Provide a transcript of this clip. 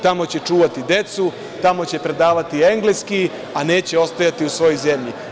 Tamo će čuvati decu, tamo će predavati engleski, a neće ostajati u svojoj zemlji.